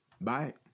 Bye